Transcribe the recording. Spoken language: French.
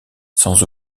sans